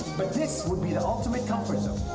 but this would be the ultimate comfort zone.